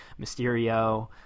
Mysterio